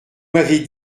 m’avez